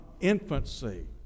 infancy